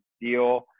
deal